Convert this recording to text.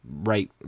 right